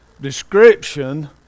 description